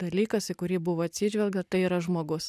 dalykas į kurį buvo atsižvelgta tai yra žmogus